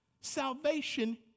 salvation